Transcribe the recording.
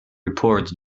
report